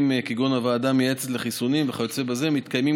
כגון הוועדה המייעצת לחיסונים וכיוצא בזה מתקיימים